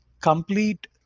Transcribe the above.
complete